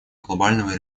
глобального